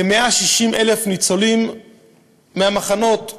כ-160,000 ניצולים מהמחנות,